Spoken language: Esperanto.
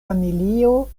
familio